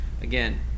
Again